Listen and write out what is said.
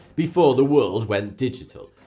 before the world went digital.